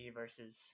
versus